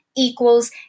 equals